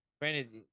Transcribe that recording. granted